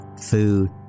food